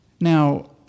Now